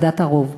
ועדת ערו"ב.